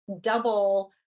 double